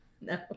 No